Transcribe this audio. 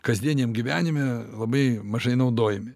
kasdieniam gyvenime labai mažai naudojami